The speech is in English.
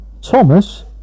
Thomas